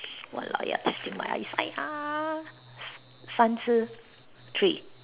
!walao! you are testing my eyesight ah 三只 three